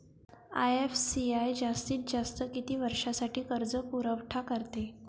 IFCI जास्तीत जास्त किती वर्षासाठी कर्जपुरवठा करते?